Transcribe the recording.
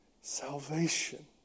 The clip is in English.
Salvation